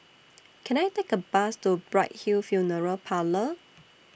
Can I Take A Bus to Bright Hill Funeral Parlour